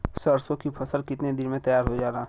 सरसों की फसल कितने दिन में तैयार हो जाला?